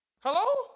Hello